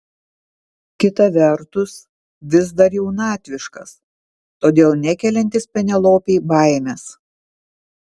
kita vertus vis dar jaunatviškas todėl nekeliantis penelopei baimės